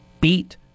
beat